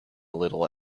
little